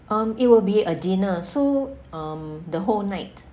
um it will be a dinner so um the whole night